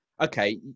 okay